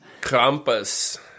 Krampus